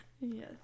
Yes